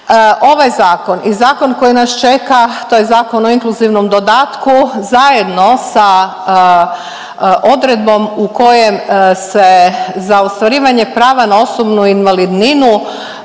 Ovaj zakon i zakon koji nas čeka, to je Zakon o inkluzivnom dodatku zajedno sa odredbom u kojem se za ostvarivanje prava na osobnu invalidninu